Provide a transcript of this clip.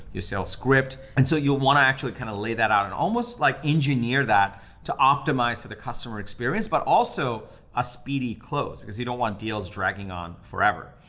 your sales script. and so you'll wanna actually kind of lay that out and almost like engineer that to optimize for the customer experience, but also a speedy close, because you don't want deals dragging on forever.